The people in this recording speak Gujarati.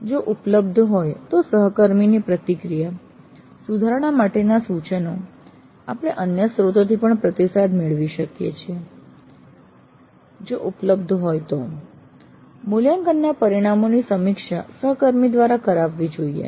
જો ઉપલબ્ધ હોય તો સહકર્મીની પ્રતિક્રિયા સુધારણા માટે સૂચનો આપણે અન્ય સ્ત્રોતોથી પણ પ્રતિસાદ મેળવી શકીએ છીએ જો ઉપલબ્ધ હોય તો મૂલ્યાંકનના પરિણામોની સમીક્ષા સહકર્મી દ્વારા કરાવવી જોઈએ